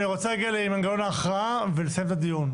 אני רוצה להגיע למנגנון ההכרעה ולסיים את הדיון,